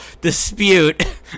dispute